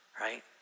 Right